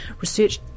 research